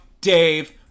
Dave